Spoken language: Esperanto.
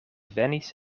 venis